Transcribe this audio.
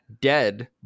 dead